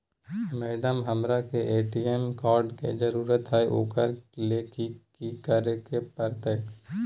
Madam, हमरा के ATM card के जरूरत है ऊकरा ले की की करे परते?